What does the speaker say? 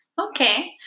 Okay